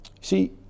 See